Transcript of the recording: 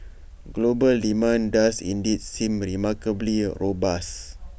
global demand does indeed seem remarkably robust